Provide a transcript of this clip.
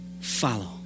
follow